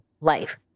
life